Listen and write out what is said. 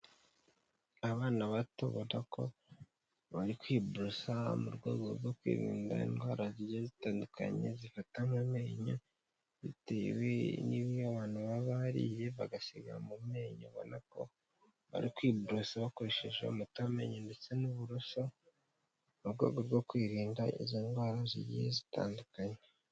Abana bato ubona ko bari kwiborosa mu rwego rwo kwirinda indwara zigiye zitandukanye zifata mu menyo, bitewe n'ibyo abantu baba bariye bagasiga mu menyo, ubona ko bari kwibrosa bakoresheje umuti w'amenyo ndetse n'uburoso, mu rwego rwo kwirinda izo ndwara zigiye zitandukanye.